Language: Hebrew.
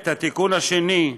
התיקון השני,